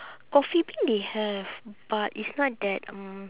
coffee bean they have but it's not that mm